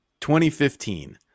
2015